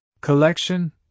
Collection